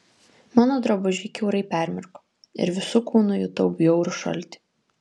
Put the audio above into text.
mano drabužiai kiaurai permirko ir visu kūnu jutau bjaurų šaltį